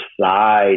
side